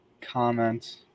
comment